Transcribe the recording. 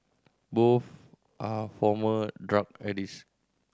both are former drug addicts